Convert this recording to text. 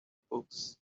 books